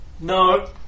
no